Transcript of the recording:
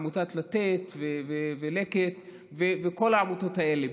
עמותות לתת ולקט וכל העמותות האלה.